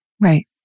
Right